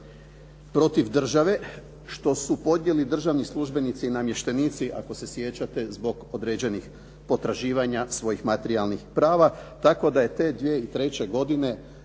protiv države, što su podnijeli državni službenici i namještenici, ako se sjećate zbog određenih potraživanja svojih materijalnih prava, tako da je te 2003. godine